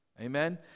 amen